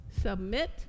Submit